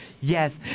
Yes